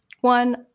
one